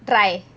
dry